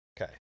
okay